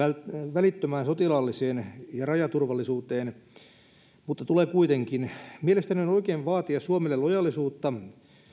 välittömään sotilaalliseen ja rajaturvallisuuteen mutta tulee kuitenkin mielestäni on oikein vaatia suomelle lojaalisuutta